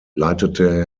leitete